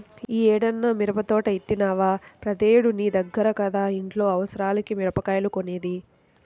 యీ ఏడన్నా మిరపదోట యేత్తన్నవా, ప్రతేడూ నీ దగ్గర కదా ఇంట్లో అవసరాలకి మిరగాయలు కొనేది